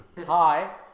hi